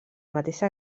mateixa